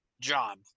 job